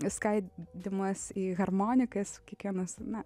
skaidymas į harmonikas kiekvienas na